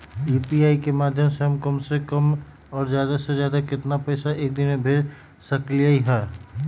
UPI के माध्यम से हम कम से कम और ज्यादा से ज्यादा केतना पैसा एक दिन में भेज सकलियै ह?